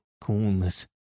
coolness